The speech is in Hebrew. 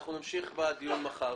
נמשיך בדיון מחר.